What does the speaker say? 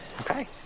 okay